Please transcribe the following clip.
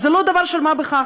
אז זה לא דבר של מה בכך.